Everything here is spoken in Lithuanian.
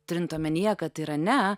turint omenyje kad irane